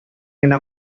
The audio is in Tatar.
генә